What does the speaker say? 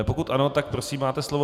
Pokud ano, tak prosím, máte slovo.